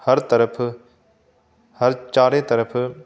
ਹਰ ਤਰਫ ਹਰ ਚਾਰੇ ਤਰਫ